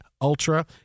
ultra